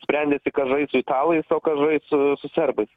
sprendėsi kas žais su italais o kas žais su serbais